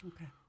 Okay